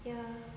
ya